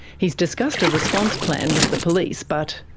he's discussed a response plan with the police. but.